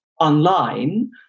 online